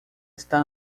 está